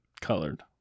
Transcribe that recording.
Colored